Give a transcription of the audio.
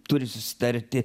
turi susitarti